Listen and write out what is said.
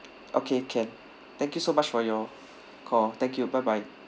okay can thank you so much for your call thank you bye bye